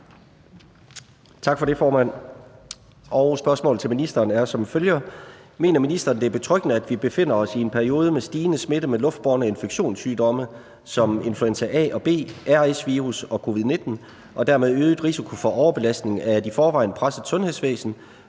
Tak for det, formand, og spørgsmålet til ministeren er som følger: Mener ministeren, at det er betryggende, at vi befinder os i en periode med stigende smitte med luftbårne infektionssygdomme som influenza A og B, RS-virus og covid-19 og dermed øget risiko for overbelastning af et i forvejen presset sundhedsvæsen